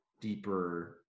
deeper